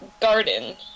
garden